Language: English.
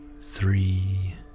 three